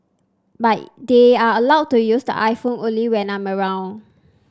but they are allowed to use the iPhone only when I'm around